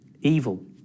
evil